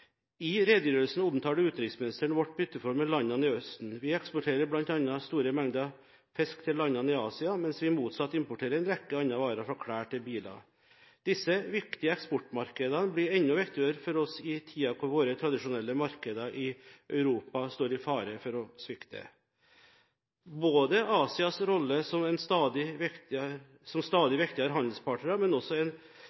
I redegjørelsen omtaler utenriksministeren vårt bytteforhold med landene i Østen. Vi eksporterer bl.a. store mengder fisk til landene i Asia, mens vi motsatt importerer en rekke varer, fra klær til biler. Disse viktige eksportmarkedene blir enda viktigere for oss i tider hvor våre tradisjonelle markeder i Europa står i fare for å svikte. Både Asias rolle som stadig viktigere handelspartner, og også en